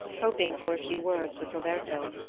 hoping for a few words with roberto.